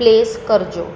place કરજો